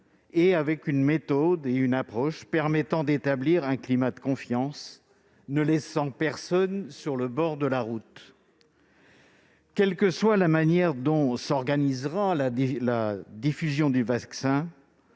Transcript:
avec une méthode et une approche permettant d'établir un climat de confiance ne laissant personne sur le bord de la route. Quelle que soit la manière dont s'organisera la diffusion du vaccin,